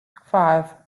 five